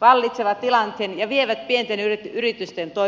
vallitsevat tilanteen ja vievät pienten yritysten toiminnan